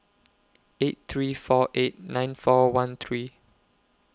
eight three four eight nine four one three